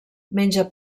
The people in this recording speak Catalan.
menja